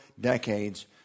decades